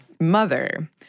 Mother